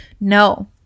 No